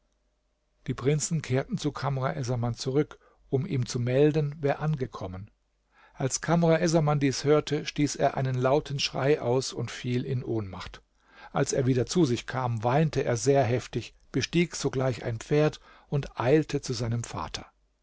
die prinzen kehrten zu kamr essaman zurück um ihm zu melden wer angekommen als kamr essaman dies hörte stieß er einen lauten schrei aus und fiel in ohnmacht als er wieder zu sich kam weinte er sehr heftig bestieg sogleich ein pferd und eilte zu seinem vater